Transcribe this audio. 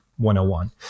101